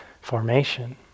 formation